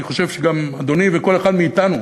אני חושב שגם אדוני, וכל אחד מאתנו.